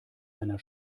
einer